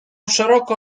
szeroko